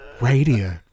radio